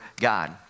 God